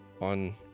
on